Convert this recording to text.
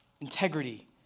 Integrity